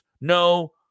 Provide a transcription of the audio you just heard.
no